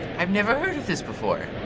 i've never heard of this before.